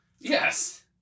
Yes